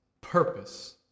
purpose